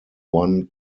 one